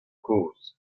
kozh